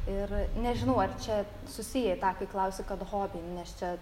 ir nežinau ar čia susijai tą kai klausi kad hobi nes čia